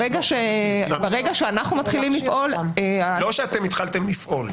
ברגע שאנחנו מתחילים לפעול --- לא שאתם התחלתם לפעול.